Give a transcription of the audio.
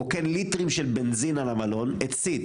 רוקן ליטרים של בנזין על המלון והצית,